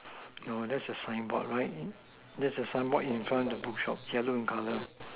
no that's a signboard right that's a signboard in front the bookshop yellow in color